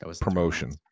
promotion